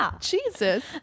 Jesus